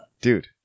Dude